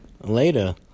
later